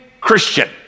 christian